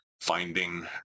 finding